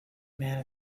man